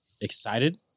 excited